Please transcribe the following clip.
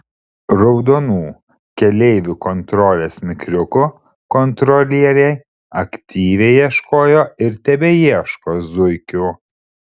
raudonų keleivių kontrolės mikriukų kontrolieriai aktyviai ieškojo ir tebeieško zuikių